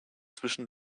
zwischen